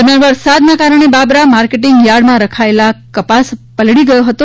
દરમિયાન વરસાદના કારણે બાબરા માર્કેટિંગ યાર્ડમાં રખાયેલા કપાસ પલળી ગયો હતો